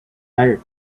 hires